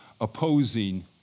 opposing